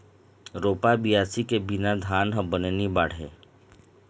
रोपा, बियासी के बिना धान ह बने नी बाढ़य